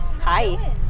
Hi